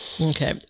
Okay